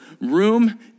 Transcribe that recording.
room